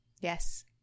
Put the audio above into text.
Yes